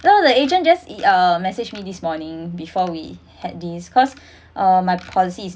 no that agent just uh message me this morning before we had these cause uh my policy is